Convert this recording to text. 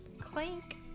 clank